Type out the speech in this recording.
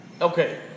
Okay